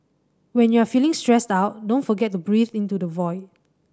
when you are feeling stressed out don't forget to breathe into the void